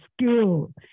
skill